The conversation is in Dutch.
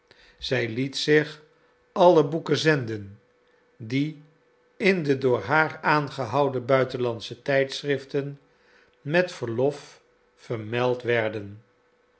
zij liet zich alle boeken zenden die in de door haar aangehouden buitenlandsche tijdschriften met verlof vermeld werden